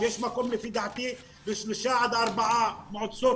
ויש מקום לפי דעתי לשלושה עד ארבעה מועצות